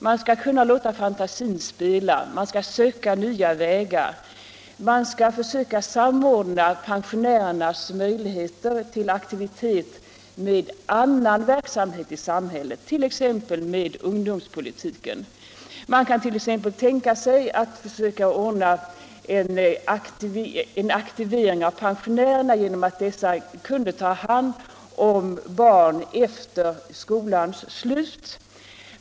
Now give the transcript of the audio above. Man skall kunna låta fantasin spela och söka nya vägar. Man bör försöka samordna pensionärernas möjligheter till aktivitet med annan verksamhet i samhället, t.ex. med ungdomspolitiken. Man kan t.ex. tänka sig att försöka ordna en aktivering av pensionärerna genom att dessa kunde ta hand om barn efter skolans slut.